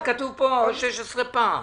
כתוב כאן 16 פעמים